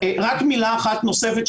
רק מילה אחרונה נוספת: